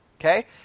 Okay